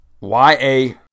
y-a